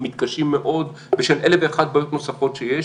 מתקשים מאוד בשל אלף ואחת בעיות נוספות שיש.